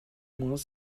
moins